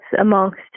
amongst